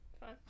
Fine